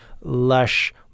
lush